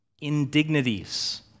indignities